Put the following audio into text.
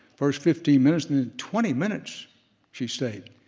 first fifteen minutes, then twenty minutes she stayed.